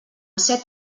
set